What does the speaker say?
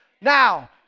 Now